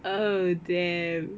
damn